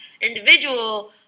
individual